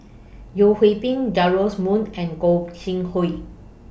Yeo Hwee Bin Joash Moo and Gog Sing Hooi